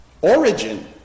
Origin